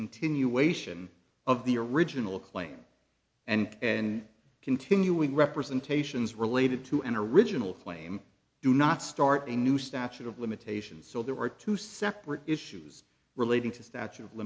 continuation of the original claim and and continuing representations related to an original flame do not start a new statute of limitations so there are two separate issues relating to statute of